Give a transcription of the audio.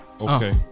Okay